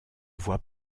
voit